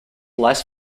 less